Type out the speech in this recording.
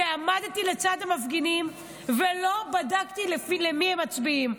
ועמדתי לצד המפגינים ולא בדקתי למי הם מצביעים.